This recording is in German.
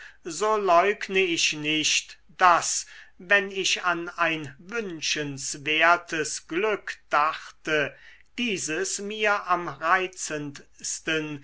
so leugne ich nicht daß wenn ich an ein wünschenswertes glück dachte dieses mir am